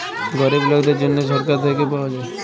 গরিব লকদের জ্যনহে ছরকার থ্যাইকে পাউয়া যায়